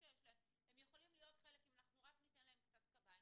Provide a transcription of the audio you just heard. שיש להם הם יכולים להיות חלק אם אנחנו רק ניתן להם קצת קביים,